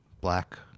black